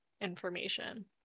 information